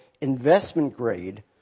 investment-grade